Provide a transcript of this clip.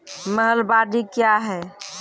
महलबाडी क्या हैं?